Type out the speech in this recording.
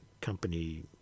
company